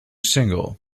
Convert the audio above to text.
single